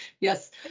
Yes